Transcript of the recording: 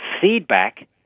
feedback